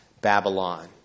Babylon